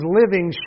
living